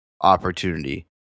opportunity